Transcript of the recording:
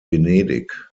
venedig